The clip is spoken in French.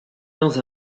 dans